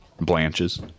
blanches